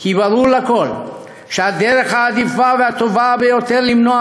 כי ברור לכול שהדרך העדיפה והטובה ביותר למנוע